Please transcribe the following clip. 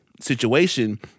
situation